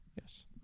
Yes